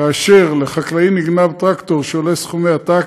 כאשר לחקלאי נגנב טרקטור שעולה סכומי עתק,